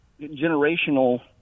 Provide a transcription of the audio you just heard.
generational